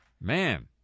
man